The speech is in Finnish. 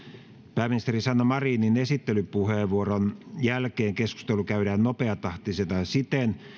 pääministeri sanna marinin esittelypuheenvuoron jälkeen keskustelu käydään nopeatahtisena siten